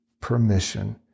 permission